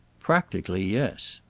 practically yes.